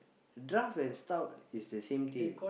draft and stout is the same thing